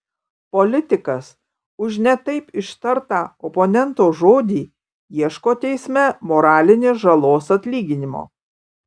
politikas už ne taip ištartą oponento žodį ieško teisme moralinės žalos atlyginimo